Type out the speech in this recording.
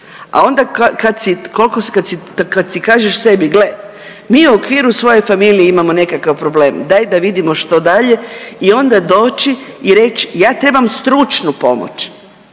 si, kad si kažeš sebi gle mi u okviru svoje familije imamo nekakav problem daj da vidimo što dalje i onda doći i reći ja trebam stručnu pomoć.